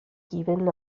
given